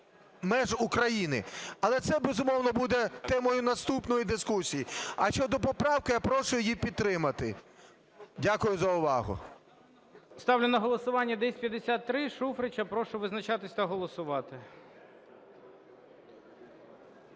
межами України. Але це, безумовно, буде темою наступної дискусії. А щодо поправки, я прошу її підтримати. Дякую за увагу.